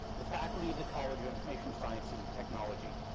the faculty of the college of information sciences and technology.